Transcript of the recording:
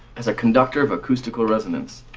as a conductor of acoustical resonance.